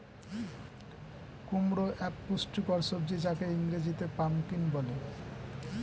কুমড়ো এক পুষ্টিকর সবজি যাকে ইংরেজিতে পাম্পকিন বলে